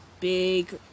big